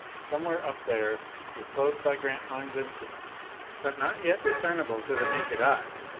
somewhere up there, disclosed by grantline's instruments but not yet discernible to the naked eye,